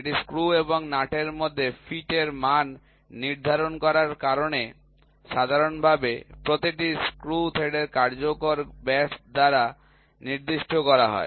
এটি স্ক্রু এবং নাট এর মধ্যে ফিটের মান নির্ধারণ করার কারণে সাধারণভাবে প্রতিটি স্ক্রু থ্রেডের কার্যকর ব্যাস দ্বারা নির্দিষ্ট করা হয়